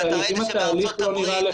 בארצות הברית,